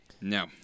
No